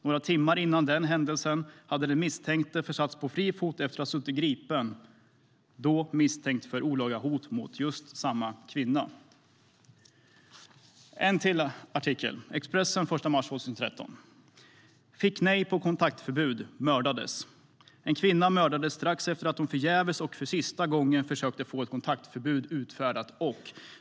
Några timmar innan händelsen hade den misstänkte försatts på fri fot efter att ha suttit gripen, då misstänkt för olaga hot mot just samma kvinna. Låt mig återge ytterligare en artikel i Expressen den 1 mars 2013: "Fick nej på kontaktförbud - mördades." En kvinna mördades strax efter att hon förgäves och för sista gången försökt få ett kontaktförbud utfärdat.